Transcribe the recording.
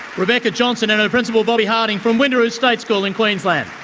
rebecca johnson and her principal bobby harding from windaroo state school in queensland.